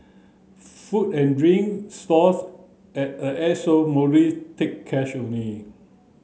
food and drink stalls at a Airshow take cash only